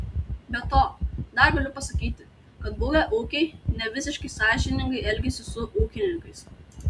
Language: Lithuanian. be to dar galiu pasakyti kad buvę ūkiai nevisiškai sąžiningai elgiasi su ūkininkais